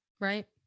right